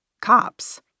cops